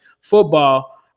football –